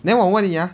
then 我问你 ah